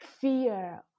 fear